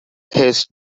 his